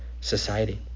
society